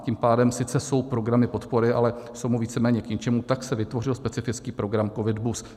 Tím pádem sice jsou programy podpory, ale jsou mu víceméně k ničemu, tak se vytvořil specifický program COVID Bus.